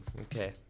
okay